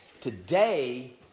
Today